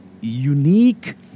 unique